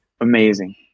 Amazing